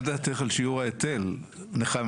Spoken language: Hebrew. מה דעתך על שיעור ההיטל, נחמה?